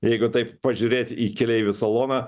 jeigu taip pažiūrėti į keleivių saloną